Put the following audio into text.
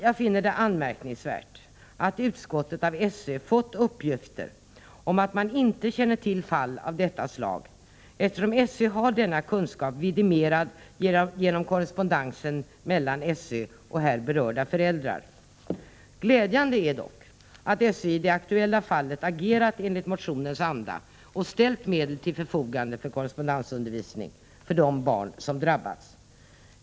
Jag finner det anmärkningsvärt att utskottet av SÖ fått uppgiften, att man inte känner till fall av detta slag. SÖ har ju denna kunskap vidimerad genom korrespondensen mellan SÖ och här berörda föräldrar. Glädjande är dock att SÖ i det aktuella fallet agerat enligt motionens anda och ställt medel till förfogande för korrespondensundervisning för de barn som drabbats.